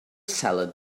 salad